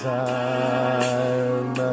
time